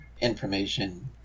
information